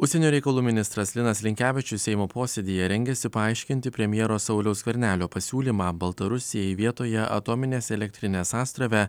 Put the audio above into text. užsienio reikalų ministras linas linkevičius seimo posėdyje rengiasi paaiškinti premjero sauliaus skvernelio pasiūlymą baltarusijai vietoje atominės elektrinės astrave